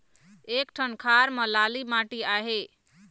एक ठन खार म लाली माटी आहे?